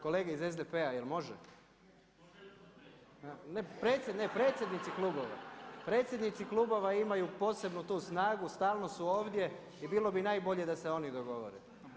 Kolege iz SDP-a jel može? … [[Upadica se ne čuje.]] predsjednici klubova, predsjednici klubova imaju posebnu tu snagu, stalno su ovdje i bilo bi najbolje da se oni dogovore.